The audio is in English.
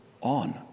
on